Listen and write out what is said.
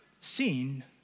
seen